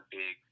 big